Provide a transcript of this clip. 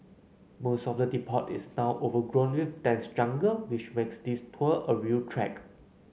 most of the depot is now overgrown with dense jungle which makes this tour a real trek